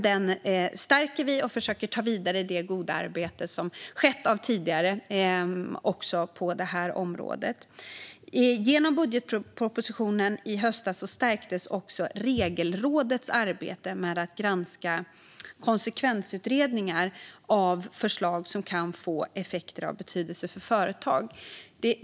Vi stärker den och försöker ta vidare det goda arbete som gjorts tidigare också på det här området. Genom budgetpropositionen i höstas stärktes också Regelrådets arbete med att granska konsekvensutredningar av förslag som kan få effekter av betydelse för företag.